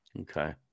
Okay